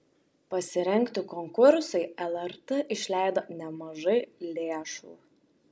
pasirengti konkursui lrt išleido nemažai lėšų